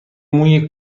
موی